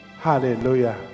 hallelujah